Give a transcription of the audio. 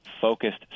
focused